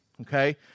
okay